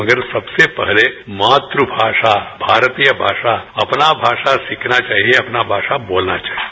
मगर सबसे पहले मातृभाषा भारतीय भाषा अपना भाषा सीखना चाहिए अपना भाषा बोलना चाहिए